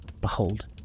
behold